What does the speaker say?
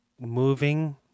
moving